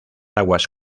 aguas